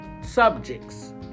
subjects